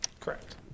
Correct